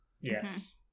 Yes